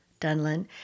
dunlin